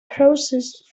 process